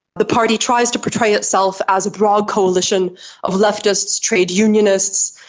the party tries to portray itself as a broad coalition of leftists, trade unionists,